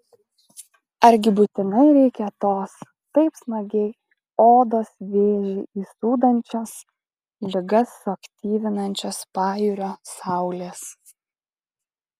argi būtinai reikia tos taip smagiai odos vėžį įsūdančios ligas suaktyvinančios pajūrio saulės